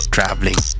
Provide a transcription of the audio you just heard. Traveling